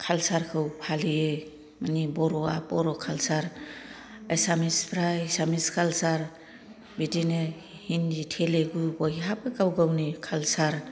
कालचारखौ फालियो मानि बर'आ बर' कालचार एसामिसफ्रा एसामिस कालचार बिदिनो हिन्दी तेलेगु बयहाबो गाव गावनि कालचार